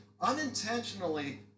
Unintentionally